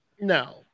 No